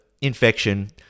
infection